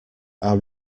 are